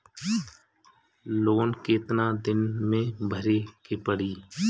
Loan कितना दिन मे भरे के पड़ी?